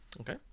Okay